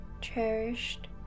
cherished